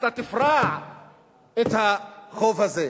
אתה תפרע את החוב הזה,